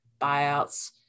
buyouts